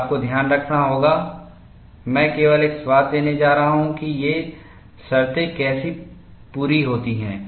और आपको ध्यान रखना होगा मैं केवल एक स्वाद देने जा रहा हूं कि ये शर्तें कैसे पूरी होती हैं